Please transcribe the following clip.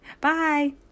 Bye